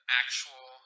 actual